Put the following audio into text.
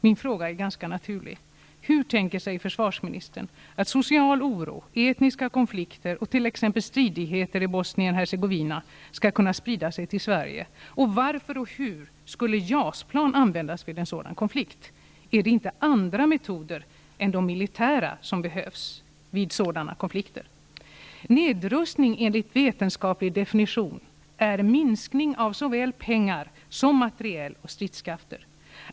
Min fråga är ganska naturlig: Hercegovina skall kunna sprida sig till Sverige? Varför och hur skulle JAS-plan användas vid en sådan konflikt? Är det inte andra metoder är de militära som behövs vid sådana konflikter? Nedrustning är enligt vetenskaplig definition minskning av såväl pengar som materiel och stridskrafter.